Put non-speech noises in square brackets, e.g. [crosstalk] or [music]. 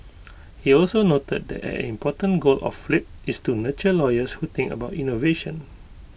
[noise] he also noted that an important goal of flip is to nurture lawyers who think about innovation